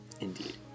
Indeed